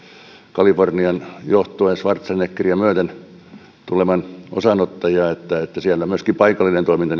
kalifornian johtoa ja schwarzeneggeriä myöden tulevan osanottajia niin että siellä myöskin paikallinen toiminta